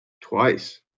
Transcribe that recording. twice